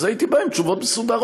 אז הייתי בא עם תשובות מסודרות.